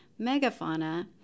megafauna